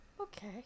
Okay